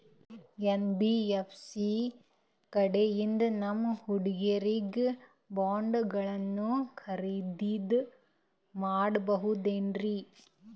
NBFC ಕಡೆಯಿಂದ ನಮ್ಮ ಹುಡುಗರಿಗೆ ಬಾಂಡ್ ಗಳನ್ನು ಖರೀದಿದ ಮಾಡಬಹುದೇನ್ರಿ?